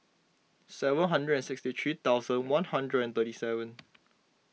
seven hundred and sixty three thousand one hundred and thirty seven